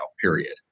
period